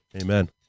Amen